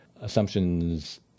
assumptions